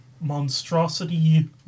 monstrosity